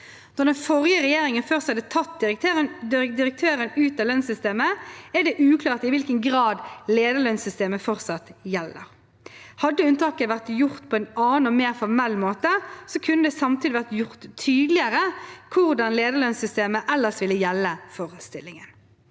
Når den forrige regjeringen først har tatt direktøren ut av lønnssystemet, er det uklart i hvilken grad lederlønnssystemet fortsatt gjelder. Hadde unntaket vært gjort på en annen og mer formell måte, kunne det samtidig vært gjort tydeligere hvordan lederlønnssystemet ellers vil gjelde for stillingen.